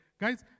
guys